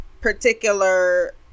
particular